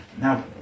now